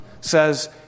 says